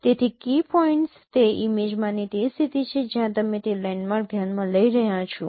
તેથી key points તે ઇમેજમાંની તે સ્થિતિ છે જ્યાં તમે તે લેન્ડમાર્ક ધ્યાનમાં લઈ રહ્યા છો